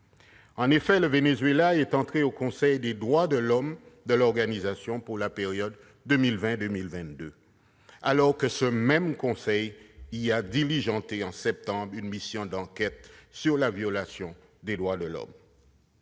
En effet, le Venezuela est entré au Conseil des droits de l'homme de l'organisation, pour la période 2020-2022, alors que ce même conseil a diligenté, en septembre 2019, une mission d'enquête sur la violation des droits de l'homme